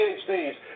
PhDs